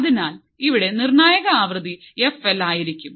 അതിനാൽ ഇവിടെ നിർണ്ണായക ആവൃത്തി എഫ് എൽ ആയിരിക്കും